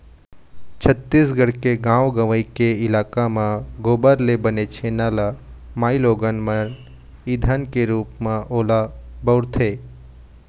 छत्तीसगढ़ के गाँव गंवई के इलाका म गोबर ले बने छेना ल माइलोगन मन ईधन के रुप म ओला बउरथे